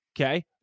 Okay